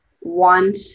want